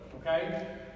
okay